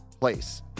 place